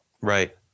Right